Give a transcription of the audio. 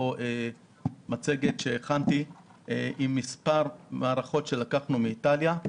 מצגת שהכנתי עם מספר מערכות שלקחנו מאיטליה,